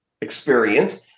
experience